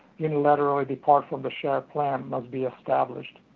unilaterally depart from a shared plan, must be established.